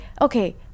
okay